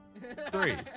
three